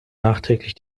nachträglich